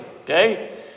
Okay